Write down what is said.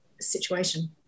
situation